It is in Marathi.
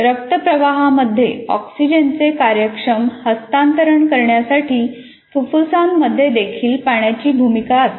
रक्तप्रवाहामध्ये ऑक्सिजनचे कार्यक्षम हस्तांतरण करण्यासाठी फुफ्फुसांमध्ये देखील पाण्याची भूमिका असते